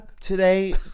Today